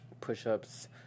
push-ups